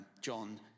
John